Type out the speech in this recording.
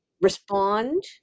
respond